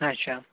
اچھا